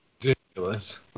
ridiculous